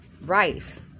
rice